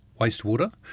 wastewater